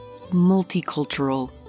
multicultural